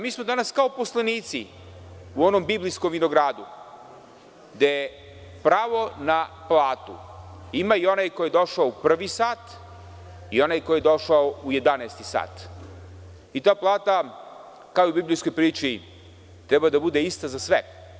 Mi smo danas kao poslanici u onom biblijskom vinogradu, gde pravo na platu ima i onaj ko je došao u prvi sat i onaj ko je došao u jedanaesti sat i ta plata kao u biblijskoj priči treba da bude ista za sve.